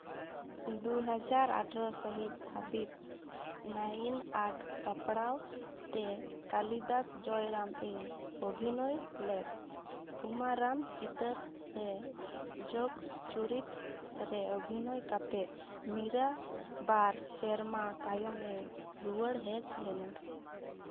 ᱫᱩ ᱦᱟᱡᱟᱨ ᱟᱴᱷᱨᱳ ᱥᱟᱹᱦᱤᱛ ᱟᱵᱨᱤᱫ ᱱᱟᱹᱭᱤᱱ ᱟᱜ ᱥᱟᱯᱲᱟᱣᱛᱮ ᱠᱟᱹᱞᱤᱫᱟᱥ ᱡᱚᱭᱨᱟᱢ ᱮ ᱚᱵᱷᱤᱱᱚᱭ ᱞᱮᱫ ᱯᱩᱢᱟᱨᱟᱢ ᱪᱤᱛᱟᱹᱨ ᱨᱮ ᱡᱚᱜᱽ ᱪᱩᱨᱤᱛ ᱨᱮ ᱚᱵᱷᱤᱱᱚᱭ ᱠᱟᱛᱮᱫ ᱢᱤᱨᱟ ᱵᱟᱨ ᱥᱮᱨᱢᱟ ᱛᱟᱭᱚᱢᱮ ᱨᱩᱣᱟᱹᱲ ᱦᱮᱡ ᱞᱮᱱᱟ